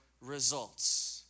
results